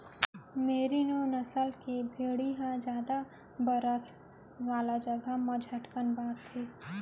मेरिनों नसल के भेड़ी ह जादा बरसा वाला जघा म झटकन बाढ़थे